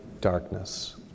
darkness